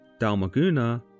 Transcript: Dalmaguna